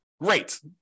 great